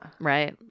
right